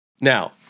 Now